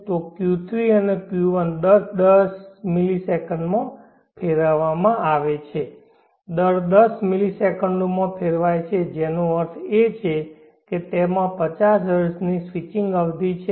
તો Q3અને Q1 દર 10 મિલિસેકન્ડમાં ફેરવવામાં આવે છે દર 10 મિલિસેકન્ડોમાં ફેરવાય છે જેનો અર્થ છે કે તેમાં 50 હર્ટ્ઝની સ્વિચિંગ અવધિ છે